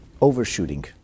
overshooting